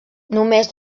només